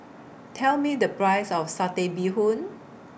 Tell Me The Price of Satay Bee Hoon